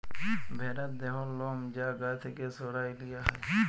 ভ্যারার দেহর লম যা গা থ্যাকে সরাঁয় লিয়া হ্যয়